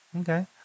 Okay